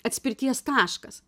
atspirties taškas